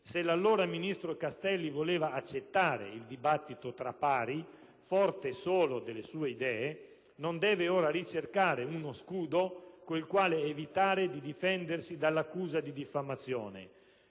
della giustizia Castelli voleva accettare il dibattito tra pari, forte solo delle sue idee, non deve ora ricercare uno scudo con il quale evitare di difendersi dall'accusa di diffamazione.